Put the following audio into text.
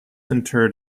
interred